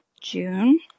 June